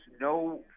no